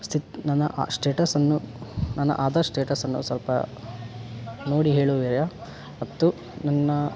ಸ್ಥಿತಿ ನನ್ನ ಅ ಸ್ಟೇಟಸನ್ನು ನನ್ನ ಆಧಾರ್ ಸ್ಟೇಟಸ್ಸನ್ನು ಸ್ವಲ್ಪ ನೋಡಿ ಹೇಳುವಿರಾ ಮತ್ತು ನನ್ನ